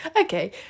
okay